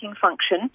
function